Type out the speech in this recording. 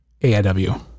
AIW